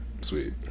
sweet